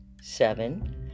seven